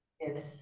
Yes